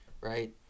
Right